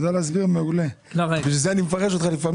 לכן לפעמים אני מפרש אותך.